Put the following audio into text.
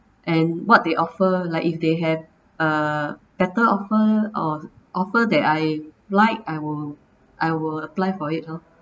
and what they offer like if they have uh better offer or offer that I like I will I will apply for it lor